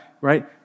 right